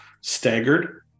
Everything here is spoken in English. staggered